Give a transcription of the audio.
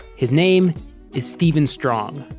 his name is steven strong